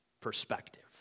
perspective